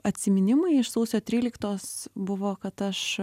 atsiminimai iš sausio tryliktos buvo kad aš